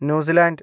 New Zealand